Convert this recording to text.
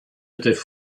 étaient